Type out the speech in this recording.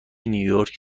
نیویورک